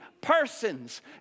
persons